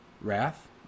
wrath